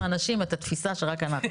הזה.